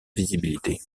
visibilité